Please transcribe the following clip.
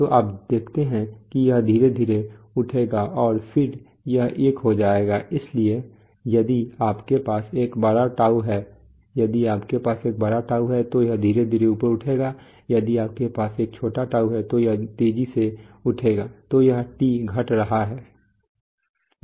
तो आप देखते हैं कि यह धीरे धीरे उठेगा और फिर यह एक हो जाएगा इसलिए यदि आपके पास एक बड़ा τ है यदि आपके पास एक बड़ा τ है तो यह धीरे धीरे ऊपर उठेगा यदि आपके पास एक छोटा τ है तो यह तेजी से उठेगा तो यह τ घट रहा है